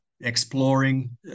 exploring